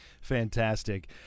Fantastic